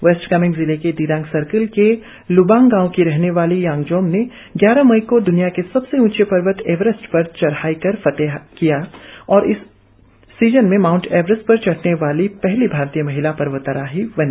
waste Kameng जिले के Dirang circle के ल्बांग गांव की रहनी वाली यांगजोम ने ग्यारह मई को द्निया के सबसे उंचे पर्वत एवरेस्ट पर चढ़ाई कर फतह किया और इस सीजन में माउंट एवरेस्ट पर चढ़ने वाली पहली भारतीय महिला पर्वतारोही बनी